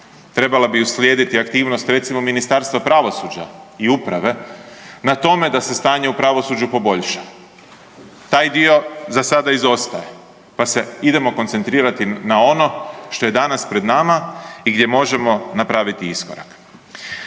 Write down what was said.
trebala bi uslijediti aktivnost, recimo, Ministarstva pravosuđa i uprave na tome da se stanje u pravosuđu poboljša. Taj dio za sada izostaje pa se idemo koncentrirati na ono što je danas pred nama i gdje možemo napraviti iskorak.